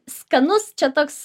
skanus čia toks